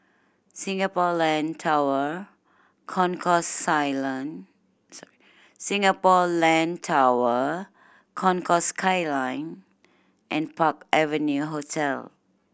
Singapore Land Tower Concourse Skyline Singapore Land Tower Concourse Skyline and Park Avenue Hotel